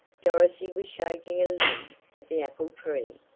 dorothy was shaking a limb of the apple tree.